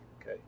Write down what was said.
Okay